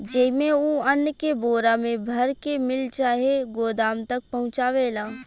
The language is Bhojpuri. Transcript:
जेइमे, उ अन्न के बोरा मे भर के मिल चाहे गोदाम तक पहुचावेला